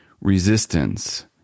resistance